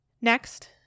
Next